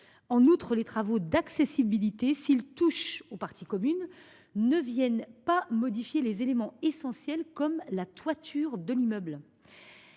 En outre, les travaux d’accessibilité, s’ils touchent aux parties communes, ne viennent pas modifier des éléments essentiels, comme la toiture de l’immeuble.